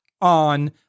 on